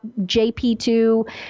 JP2